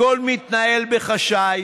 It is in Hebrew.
הכול מתנהל בחשאי.